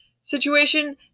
situation